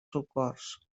socors